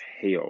hell